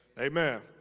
Amen